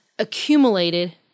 accumulated